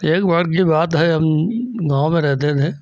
एक बार की बात है हम गाँव में रहेते थे